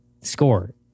score